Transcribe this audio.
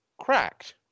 cracked